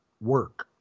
work